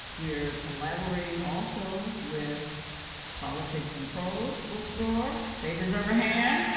we are collaborating also with politics and prose bookstore. they deserve a hand.